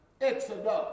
Exodus